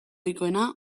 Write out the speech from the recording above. ohikoena